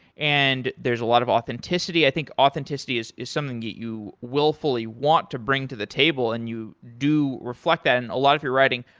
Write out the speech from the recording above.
and there's a lot of authenticity. i think authenticity is is something that you willfully want to bring to the table and you do reflect that on and a lot of your writing.